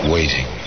Waiting